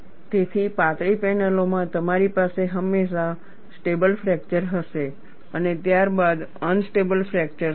તેથી પાતળી પેનલોમાં તમારી પાસે હંમેશા સ્ટેબલ ફ્રેકચર હશે અને ત્યારબાદ અનસ્ટેબલ ફ્રેકચર થશે